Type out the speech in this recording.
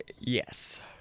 Yes